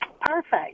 Perfect